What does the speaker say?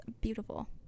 beautiful